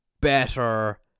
better